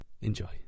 Enjoy